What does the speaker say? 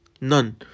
None